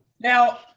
Now